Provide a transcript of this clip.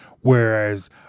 Whereas